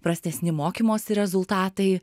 prastesni mokymosi rezultatai